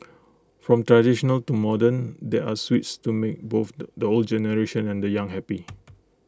from traditional to modern there are sweets to make both the the old generation and young happy